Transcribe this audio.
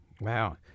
Wow